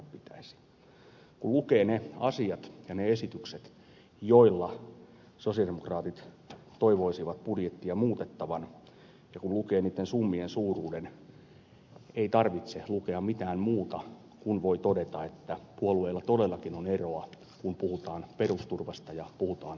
kun lukee ne asiat ja ne esitykset joilla sosialidemokraatit toivoisivat budjettia muutettavan ja kun lukee niitten summien suuruuden ei tarvitse lukea mitään muuta kun voi todeta että puolueilla todellakin on eroa kun puhutaan perusturvasta ja vähimmäisturvasta